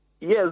Yes